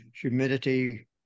humidity